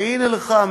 והנה לך,